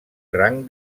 rang